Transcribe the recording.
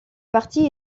parties